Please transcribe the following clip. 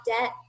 debt